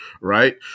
Right